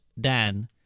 Dan